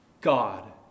God